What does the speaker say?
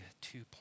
two